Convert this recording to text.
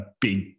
big